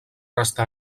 restà